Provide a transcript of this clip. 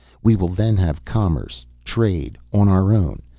we will then have commerce, trade on our own.